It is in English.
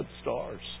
stars